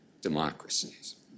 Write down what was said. democracies